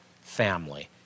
family